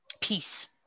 peace